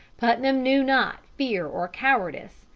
putnam knew not fear or cowardice,